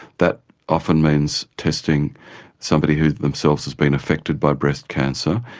that often means testing somebody who themselves has been affected by breast cancer,